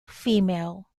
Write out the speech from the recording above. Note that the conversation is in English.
female